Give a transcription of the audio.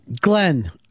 Glenn